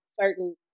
certain